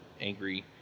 angry